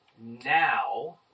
now